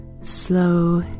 slow